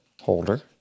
holder